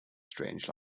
strange